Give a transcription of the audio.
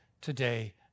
today